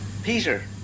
Peter